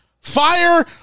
Fire